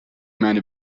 منو